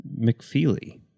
McFeely